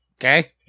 Okay